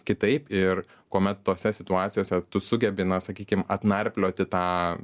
kitaip ir kuomet tose situacijose tu sugebi na sakykime atnarplioti tą